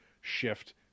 shift